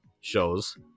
shows